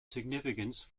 significance